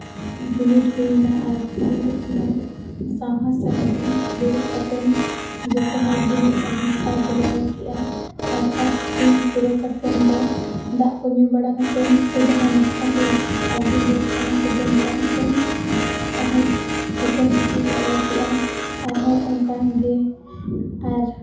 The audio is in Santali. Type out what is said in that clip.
ᱵᱤᱱᱤᱰ ᱦᱩᱭᱱᱟ ᱟᱨ ᱵᱤᱱᱤᱰ ᱨᱮᱦᱚᱸ ᱥᱟᱢᱱᱟ ᱥᱟᱢᱱᱤ ᱫᱩᱲᱩᱵ ᱠᱟᱛᱮ ᱡᱚᱛᱚ ᱦᱚᱲ ᱵᱤᱱᱤᱰ ᱟᱹᱰᱤ ᱱᱟᱯᱟᱭ ᱛᱮᱞᱮ ᱚᱞ ᱠᱮᱜᱼᱟ ᱟᱨ ᱯᱷᱟᱥᱴ ᱯᱩᱨᱟᱹᱣ ᱠᱟᱛᱮ ᱫᱚ ᱫᱟᱜ ᱠᱚ ᱧᱩ ᱵᱟᱲᱟ ᱠᱟᱛᱮ ᱥᱮ ᱡᱟᱦᱟᱸᱭ ᱱᱟᱥᱛᱟ ᱠᱚ ᱟᱹᱜᱩ ᱞᱮᱫ ᱚᱱᱟ ᱠᱚ ᱡᱚᱢ ᱵᱟᱲᱟ ᱠᱟᱛᱮ ᱟᱨᱦᱚᱸ ᱥᱮᱠᱮᱱᱰ ᱥᱮᱴᱤᱝ ᱞᱮ ᱚᱞ ᱠᱮᱜᱼᱟ ᱟᱨᱦᱚᱸ ᱚᱱᱠᱟᱜᱮ